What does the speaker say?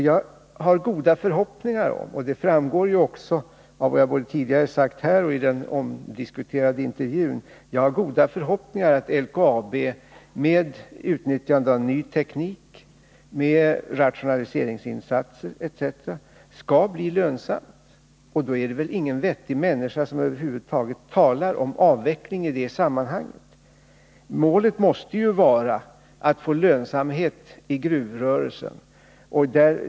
Jag har goda förhoppningar om — och det framgår också av vad jag tidigare sagt både här och i den omdiskuterade intervjun — att LKAB med utnyttjande av ny teknik, med rationaliseringsinsatser etc. skall bli lönsamt. Det är väl ingen vettig människa som över huvud taget talar om avveckling i det sammanhanget. Målet måste ju vara att få lönsamhet i gruvrörelsen.